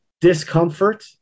discomfort